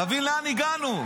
תבין לאן הגענו.